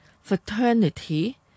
fraternity